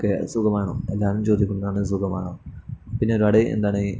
ഒക്കെ സുഖമാമാണ് എല്ലാവരും ചോദിക്കുന്ന ഒന്നാണ് എല്ലാവരും സുഖമാണ് പിന്നീട് ഒരു